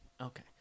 Okay